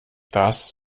das